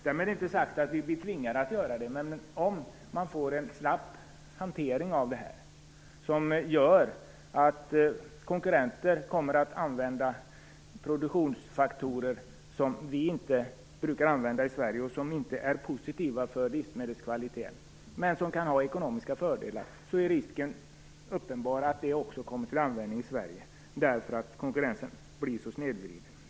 Jag vill inte säga att vi blir tvingade till något, men om man får en slapp hantering av det här som gör att konkurrenter kan använda produktionsfaktorer som vi inte brukar använda i Sverige, konkurrensfaktorer som inte är positiva för livsmedelskvaliteten men som kan ha ekonomiska fördelar, är risken uppenbar att detta kommer till användning också i Sverige på grund av att konkurrensen blir så snedvriden.